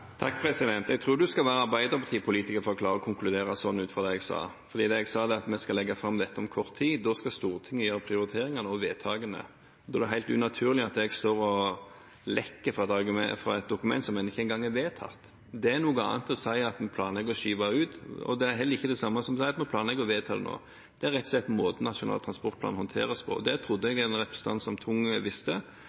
Jeg tror en skal være arbeiderpartipolitiker for å klare å konkludere sånn ut fra det jeg sa, for det jeg sa, var at vi skal legge fram dette om kort tid. Da skal Stortinget gjøre prioriteringene og vedtakene, og da er det helt unaturlig at jeg står og lekker fra et dokument som en ikke engang har vedtatt. Det er noe annet å si at vi planlegger å skyve ut, og det er heller ikke det samme som å si at vi planlegger å vedta det nå. Det er rett og slett måten Nasjonal transportplan håndteres på. Det trodde jeg en representant som Tung visste,